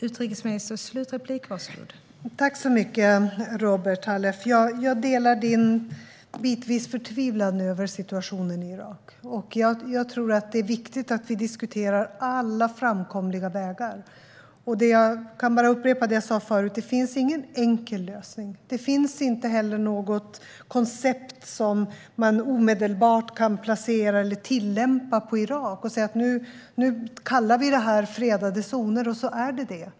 Fru talman! Tack så mycket, Robert Halef! Jag delar din bitvisa förtvivlan över situationen i Irak. Jag tror att det är viktigt att vi diskuterar alla framkomliga vägar. Jag kan bara upprepa det jag sa förut: Det finns ingen enkel lösning. Det finns inte heller något koncept som man omedelbart kan placera i eller tillämpa på Irak och säga: Nu kallar vi det här för fredade zoner, och så är de det.